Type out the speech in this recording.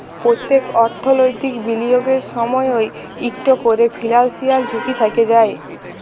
প্যত্তেক অর্থলৈতিক বিলিয়গের সময়ই ইকট ক্যরে ফিলান্সিয়াল ঝুঁকি থ্যাকে যায়